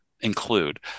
include